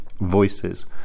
voices